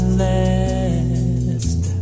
last